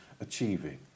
achieving